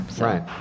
Right